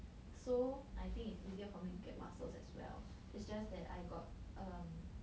so I think it's easier for me to get muscles as well it's just that I got um